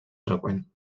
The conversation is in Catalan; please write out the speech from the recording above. freqüent